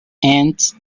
ants